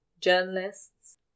journalists